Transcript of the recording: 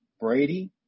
Brady